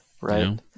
Right